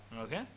Okay